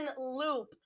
loop